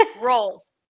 Rolls